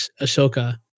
Ahsoka